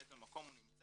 מאיזה מקום הוא נמצא,